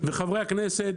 וחברי הכנסת,